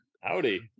howdy